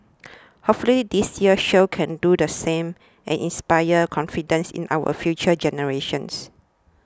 hopefully this year's show can do the same and inspire confidence in our future generations